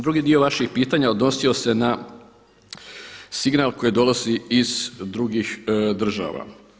Drugi dio vaših pitanja odnosio se na signal koji dolazi iz drugih država.